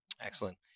Excellent